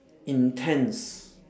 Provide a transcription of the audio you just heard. intense